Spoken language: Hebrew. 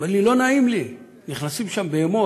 הוא אמר לי: לא נעים לי, נכנסות לשם בהמות,